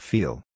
Feel